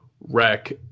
wreck